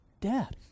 death